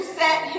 set